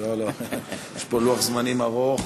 יש פה לוח-זמנים עמוס.